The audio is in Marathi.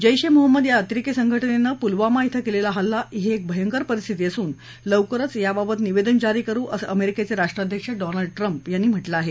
जैश ए मोहम्मद या अतिरेकी संघटनेनं पुलवामा धिं केलेला हल्ला ही एक भयंकर परिस्थिती असून लवकरच याबाबत निवेदन जारी करु असं अमेरिकेचे राष्ट्राध्यक्ष डोनाल्ड ट्रम्प यांनी म्हटलं आहे